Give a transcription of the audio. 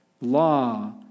law